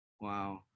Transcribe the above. Wow